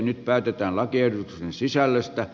nyt päätetään lakiehdotusten sisällöstä